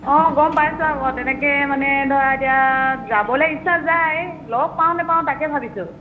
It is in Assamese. অঁ গম পাইছোঁ আকৌ তেনেকেই মানে ধৰা এতিয়া যাবলৈ ইচ্ছা যায় লগ পাওঁ নাপাওঁ তাকে ভাবিছোঁ